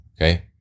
Okay